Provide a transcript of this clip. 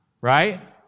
right